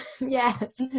Yes